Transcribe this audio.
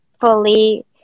fully